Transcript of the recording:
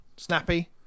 Snappy